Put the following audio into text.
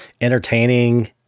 entertaining